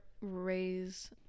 raise